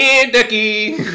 Kentucky